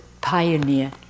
pioneer